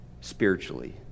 spiritually